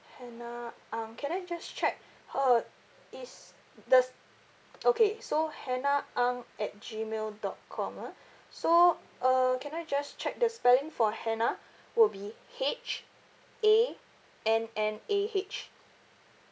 hannah ang can I just check uh is does okay so hannah ang at gmail dot com ah so uh can I just check the spelling for hannah will be H A N N A H